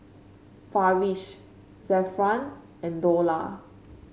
Farish Zafran and Dollah